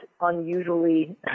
unusually